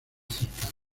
cercano